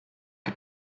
que